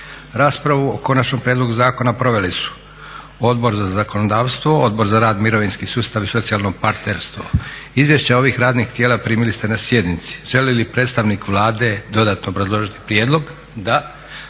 Raspravu o konačnom prijedlogu zakona proveli su Odbor za zakonodavstvo i Odbor za rad, mirovinski sustav i socijalno partnerstvo. Izvješća ovih radnih tijela primili ste na sjednici. Želi li predstavnik Vlade dodatno obrazložiti prijedlog? Da.